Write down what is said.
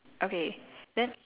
okay then